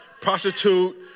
prostitute